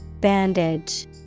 Bandage